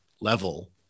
level